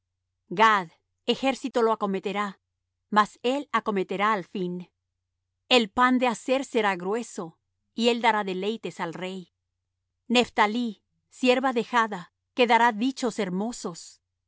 gad ejército lo acometerá mas él acometerá al fin el pan de aser será grueso y él dará deleites al rey nephtalí sierva dejada que dará dichos hermosos